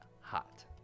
hot